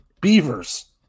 Beavers